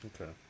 Okay